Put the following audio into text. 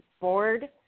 board